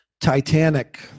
Titanic